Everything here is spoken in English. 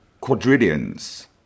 quadrillions